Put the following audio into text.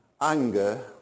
anger